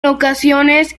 ocasiones